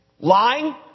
Lying